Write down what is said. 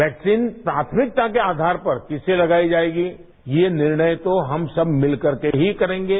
vaccine प्राथमिकता के आधार पर किसे लगाई जाएगी ये निर्णय तो हम सब मिलकर के ही करेंगे